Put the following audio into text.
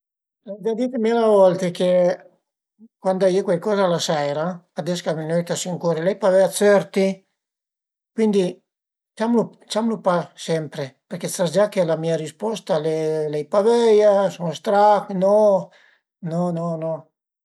Düverta ël pannolino, pìa ël bebé, lu cuge sël pannolino ch'a i vada sü ën poch vizin a la schin-a e pöi lu tire sü prima da davanti, pöi tire sü la part si dui fianch ëndua a ie due cite lenghe ch'a s'ëncolu e ti apiciche e al e bele fait